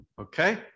Okay